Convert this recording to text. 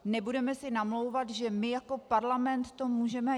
Nebudeme si namlouvat, že my jako parlament to můžeme...